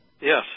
Yes